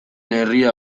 herria